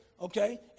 Okay